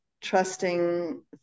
trusting